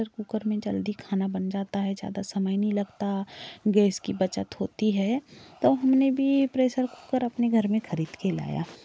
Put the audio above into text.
cooker में जल्दी खाना बन जाता है ज़्यादा समय नहीं लगता गैस की बचत होती है तो हमने भी प्रेसर कुकर अपने घर में खरीद के लाया